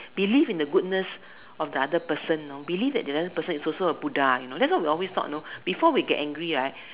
believe in the goodness of the other person you know believe that the other person is also a Buddha you know that's what we always thought you know before we get angry right